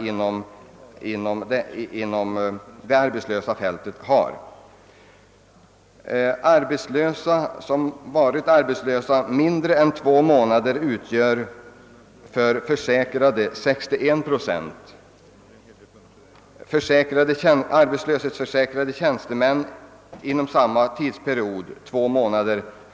61 70 av totala antalet arbetslösa visar sig således ha varit utan arbete kortare tid än två månader. Arbetslöshetsförsäkrade tjänstemän som varit utan arbete samma tid utgör